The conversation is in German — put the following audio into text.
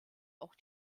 auch